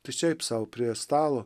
tai šiaip sau prie stalo